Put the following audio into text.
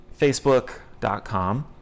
facebook.com